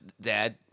Dad